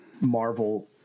Marvel